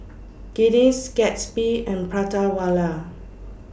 Guinness Gatsby and Prata Wala